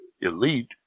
elite